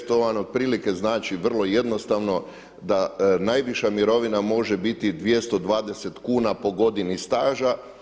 To vam otprilike znači vrlo jednostavno, da najviša mirovina može biti 220 kuna po godini staža.